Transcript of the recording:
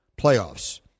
playoffs